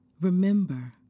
Remember